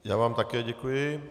Já vám také děkuji.